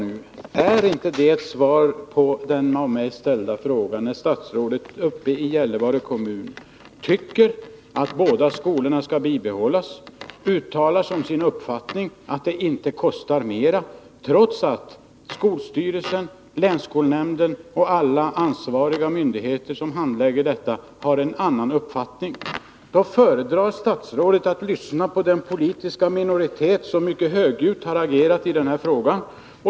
Är det inte ett svar på den av mig ställda frågan, när statsrådet uppe i Gällivare kommun tycker att båda skolorna skall bibehållas och uttalar som sin uppfattning att det inte kostar mera, trots att skolstyrelsen, länsskolnämnden och alla ansvariga myndigheter som handlägger detta har en annan uppfattning? Men statsrådet föredrar att lyssna på den politiska minoritet som mycket högljutt har agerat i denna fråga.